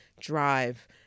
drive